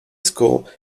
school